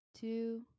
two